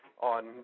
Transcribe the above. on